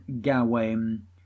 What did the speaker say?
Gawain